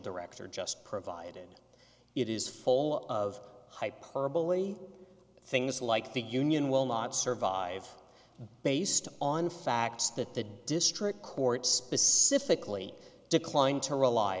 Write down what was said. director just provided it is full of hyperbole things like the union will not survive based on facts that the district court specifically declined to rely